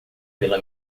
pela